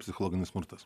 psichologinis smurtas